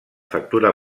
factura